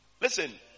listen